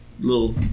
little